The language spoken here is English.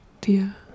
dear